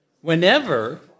Whenever